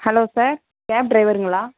hello sir cab ட்ரைவருங்களா